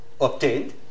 obtained